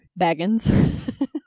Baggins